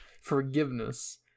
forgiveness